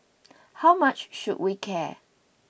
how much should we care